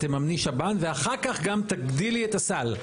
תממני שב"ן ואחר כך גם תגדילי את הסל.